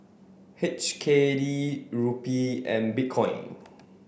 H K D Rupee and Bitcoin